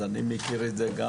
אז אני מכיר את זה גם